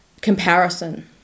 comparison